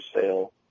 sale